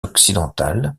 occidental